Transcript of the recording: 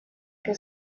que